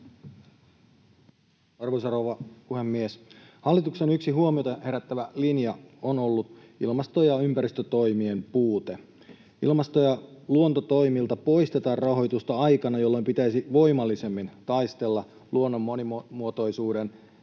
Arvoisa rouva puhemies! Hallituksen yksi huomiota herättävä linja on ollut ilmasto- ja ympäristötoimien puute. Ilmasto- ja luontotoimilta poistetaan rahoitusta aikana, jolloin pitäisi voimallisemmin taistella luonnon monimuotoisuuden